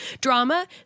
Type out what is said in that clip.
drama